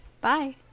Bye